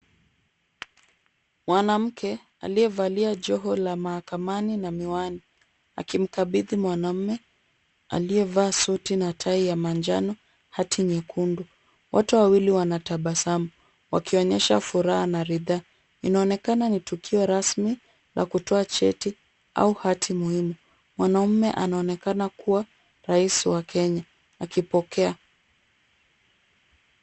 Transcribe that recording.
Mwanamke aliyevalia joho la mahakamani na miwani akimkabidhi mwanamume aliyevaa suti na tai ya manjano hati nyekundu. Watu wawili wanatabasamu wakionyesha furaha na ridhaa. Inaonekana ni tukio rasmi la kutoa cheti au hati muhimu. Mwanamume anaonekana kuwa rais wa Kenya akipokea.